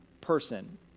person